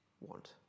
want